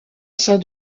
saint